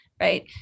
Right